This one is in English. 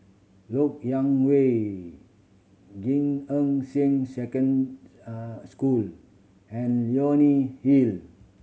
Lok Yang Way Gan Eng Seng Second School and Leonie Hill